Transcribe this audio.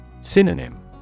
Synonym